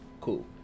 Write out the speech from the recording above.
Cool